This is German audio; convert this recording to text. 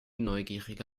neugierige